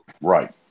Right